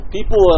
People